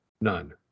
none